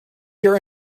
your